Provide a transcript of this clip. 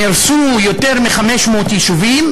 נהרסו יותר מ-500 יישובים